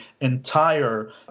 entire